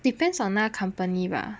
depends on that company bah